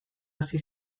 hasi